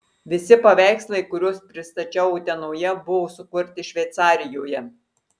visi paveikslai kuriuos pristačiau utenoje buvo sukurti šveicarijoje